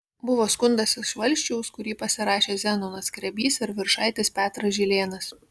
buvo skundas iš valsčiaus kurį pasirašė zenonas skrebys ir viršaitis petras žilėnas